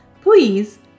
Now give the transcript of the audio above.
please